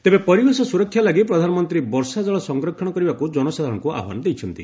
ତେବେ ପରିବେଶ ସୁରକ୍ଷା ଲାଗି ପ୍ରଧାନମନ୍ତ୍ରୀ ବର୍ଷାଜଳ ସଂରକ୍ଷଣ କରିବାକୁ ଜନସାଧାରଣଙ୍କୁ ଆହ୍ପାନ ଦେଇଛନ୍ତି